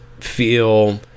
feel